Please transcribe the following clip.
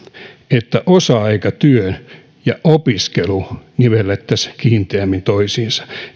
että osa aikatyö ja opiskelu nivellettäisiin kiinteämmin toisiinsa